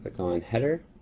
going header,